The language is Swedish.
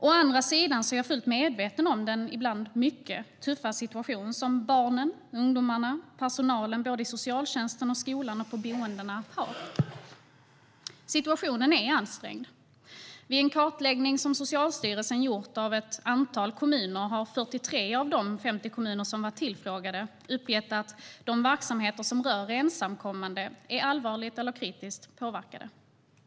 Å andra sidan är jag fullt medveten om den ibland mycket tuffa situation som barnen, ungdomarna och personalen såväl i socialtjänsten som i skolan och på boendena har. Situationen är ansträngd. Vid en kartläggning som Socialstyrelsen gjort har 43 av 50 tillfrågade kommuner uppgett att de verksamheter som rör ensamkommande är allvarligt eller kritiskt påverkade.